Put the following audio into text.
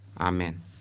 Amen